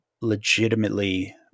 legitimately